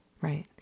Right